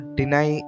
deny